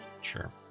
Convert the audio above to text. sure